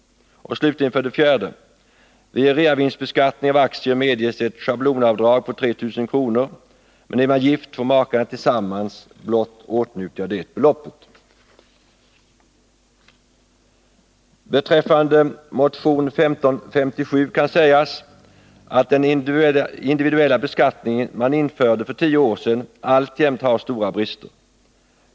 4. Vid reavinstbeskattning av aktier medges ett schablonavdrag på 3 000 kr., men är man gift får makarna tillsammans blott åtnjuta det beloppet. Beträffande motion 1557 kan sägas att den individuella beskattning man införde för tio år sedan alltjämt har stora brister.